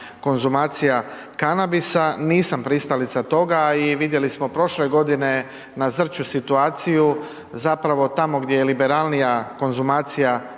konzumacija kanabisa, nisam pristalica toga i vidjeli smo prošle godine na Zrću situaciju, zapravo tamo gdje je liberalnija konzumacija bilo